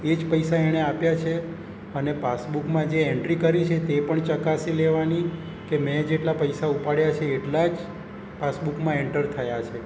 એ જ પૈસા એણે આપ્યા છે અને પાસબુકમાં જે એન્ટ્રી કરી છે તે પણ ચકાસી લેવાની કે મેં જેટલા પૈસા ઉપાડ્યા છે એટલા જ પાસબુકમાં એન્ટર થયા છે